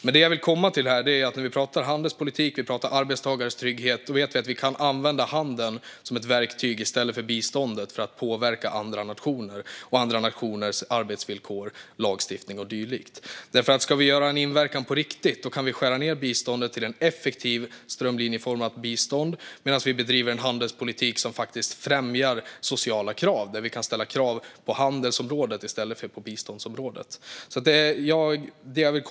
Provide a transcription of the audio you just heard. Vad jag vill komma till är att vi, när det handlar om handelspolitik och arbetstagares trygghet, kan använda handeln som ett verktyg i stället för biståndet för att påverka andra nationer och andra nationers arbetsvillkor, lagstiftning och dylikt. Om vi på riktigt ska ha en inverkan kan vi skära ned biståndet till ett effektivt, strömlinjeformat bistånd medan vi bedriver en handelspolitik som främjar sociala krav. Då kan vi ställa krav på handelsområdet i stället för på biståndsområdet.